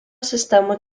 sistemų